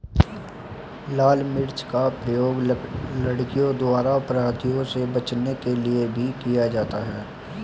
लाल मिर्च का प्रयोग लड़कियों द्वारा अपराधियों से बचने के लिए भी किया जाता है